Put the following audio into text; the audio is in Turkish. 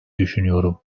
düşünüyorum